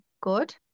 good